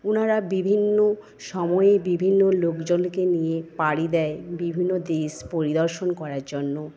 ওনারা বিভিন্ন সময়ে বিভিন্ন লোকজনকে নিয়ে পাড়ি দেয় বিভিন্ন দেশ পরিদর্শন করার জন্য